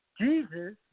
Jesus